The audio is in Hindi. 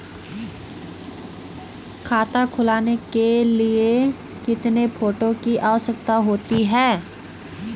खाता खुलवाने के लिए कितने फोटो की आवश्यकता होती है?